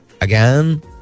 again